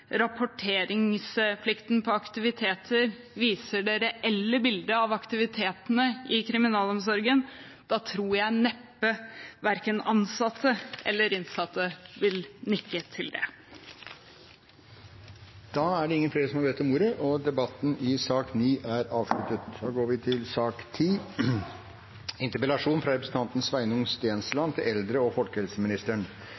rapporteringsplikten for aktiviteter viser det reelle bildet av aktivitetene i kriminalomsorgen, tror jeg neppe verken ansatte eller innsatte vil nikke til det. Flere har ikke bedt om ordet til sak